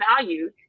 value